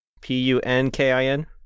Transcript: P-U-N-K-I-N